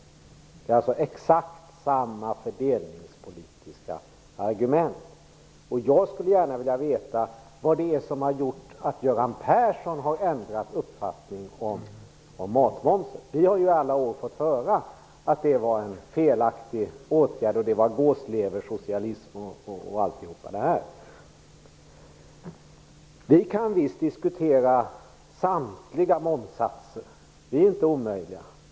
Det är exakt samma fördelningspolitiska argument. Jag skulle gärna vilja vet vad det är som har gjort att Göran Persson har ändrat uppfattning om matmomsen. Vi har ju i alla år fått höra att detta var en felaktig åtgärd, att det var gåsleversocialism osv. Vi kan visst diskutera samtliga momssatser; vi är inte omöjliga.